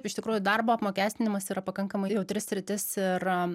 iš tikrųjų darbo apmokestinimas yra pakankamai jautri sritis ir